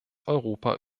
europa